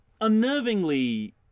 unnervingly